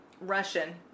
Russian